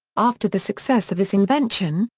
after the success of this invention,